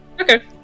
Okay